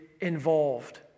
involved